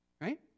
right